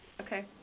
Okay